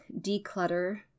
declutter